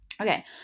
Okay